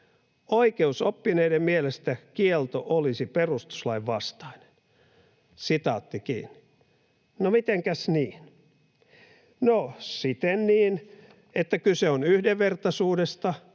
Oikeusoppineiden mielestä kielto olisi perustuslain vastainen.” No mitenkäs niin? No, siten niin, että kyse on yhdenvertaisuudesta